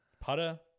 putter